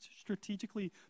strategically